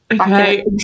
Okay